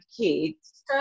kids